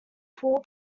paul